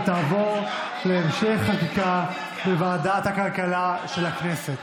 ותעבור להמשך חקיקה בוועדת הכלכלה של הכנסת.